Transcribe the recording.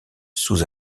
sous